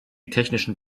technischen